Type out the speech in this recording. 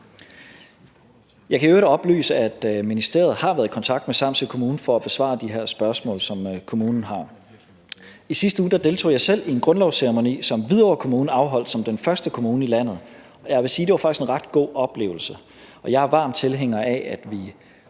Jeg kan i øvrigt oplyse, at ministeriet har været i kontakt med Samsø Kommune for at besvare de her spørgsmål, som kommunen har. I sidste uge deltog jeg selv i en grundlovsceremoni, som Hvidovre Kommune afholdt som den første kommune i landet, og jeg vil sige, at det faktisk var en ret god oplevelse. Jeg er varm tilhænger af, at vi